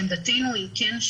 לעמדתנו אם כן,